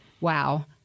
wow